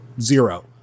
zero